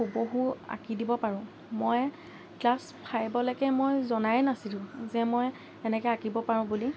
হুবহু আঁকি দিব পাৰোঁ মই ক্লাছ ফাইভলৈকে মই জনাই নাছিলোঁ যে মই তেনেকৈ আঁকিব পাৰোঁ বুলি